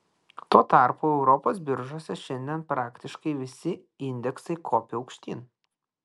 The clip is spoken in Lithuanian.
tuo tarpu europos biržose šiandien praktiškai visi indeksai kopia aukštyn